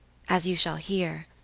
as you shall hear,